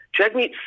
Jagmeet